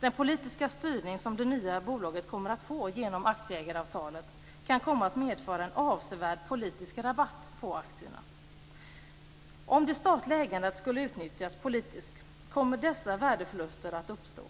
Den politiska styrning som det nya bolaget kommer att få genom aktieägaravtalet kan komma att medföra en avsevärd politisk rabatt på aktierna. Om det statliga ägandet skulle utnyttjas politiskt kommer dessa värdeförluster att uppstå.